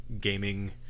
gaming